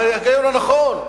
ההיגיון הנכון.